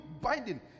binding